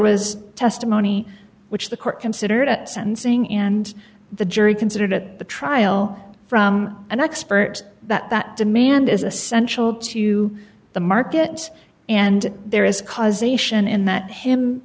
was testimony which the court considered at sentencing and the jury considered at the trial from an expert that that demand is essential to the market and there is cause ation in that him